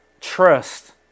trust